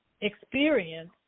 experience